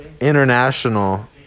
International